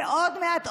ועוד מעט,